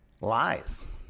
Lies